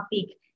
topic